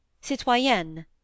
Citoyenne